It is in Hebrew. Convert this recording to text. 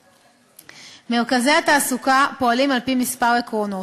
מרכזי התעסוקה פועלים על-פי כמה עקרונות: